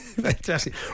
Fantastic